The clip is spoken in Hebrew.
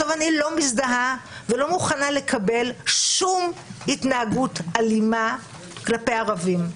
אני לא מזדהה ולא מוכנה לקבל שום התנהגות אלימה כלפי ערבים,